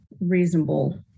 reasonable